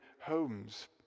homes